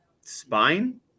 spine